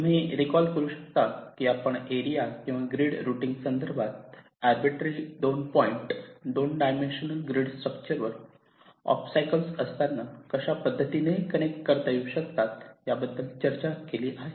तुम्ही रिकॉल करू शकतात की आपण एरिया किंवा ग्रीड रुटींग संदर्भात arbitrary 2 point 2 dimensional grid structure वर ऑब्स्टटॅकल असताना कशा पद्धतीने कनेक्ट करता येऊ शकतात याबद्दल चर्चा केली आहे